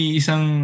isang